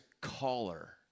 caller